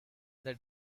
their